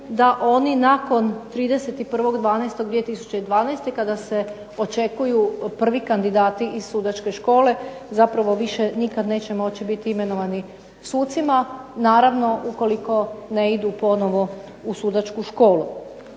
da oni nakon 31.12.2012. kada se očekuju prvi kandidati iz Sudačke škole zapravo više nikad neće moći biti imenovani sucima. Naravno ukoliko ne idu ponovno u Sudačku školu.